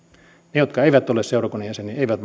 ne jotka eivät ole seurakunnan jäseniä eivät